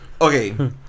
Okay